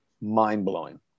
mind-blowing